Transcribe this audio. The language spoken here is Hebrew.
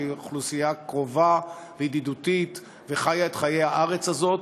שהיא אוכלוסייה קרובה וידידותית וחיה את חייה בארץ הזאת,